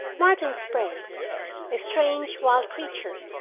martin sprague's, a strange wild creature,